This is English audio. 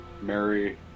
Mary